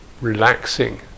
relaxing